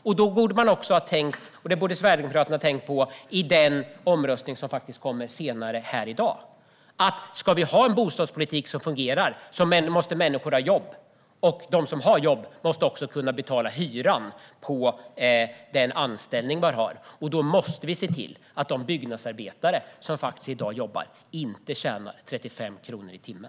Med tanke på den omröstning som kommer senare i dag borde Sverigedemokraterna och andra därför ha tänkt på att om vi ska ha en bostadspolitik som fungerar måste människor ha jobb, och de som har jobb måste kunna betala hyran med den lön de har. Därför måste vi se till att de byggnadsarbetare som jobbar i dag inte tjänar 35 kronor i timmen.